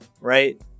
right